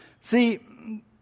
See